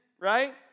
Right